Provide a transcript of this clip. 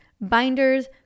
binders